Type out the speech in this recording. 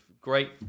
great